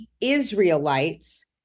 Israelites